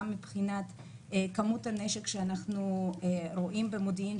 גם מבחינת כמות הנשק שמוברח למדינת ישראל כפי שאנחנו רואים במודיעין,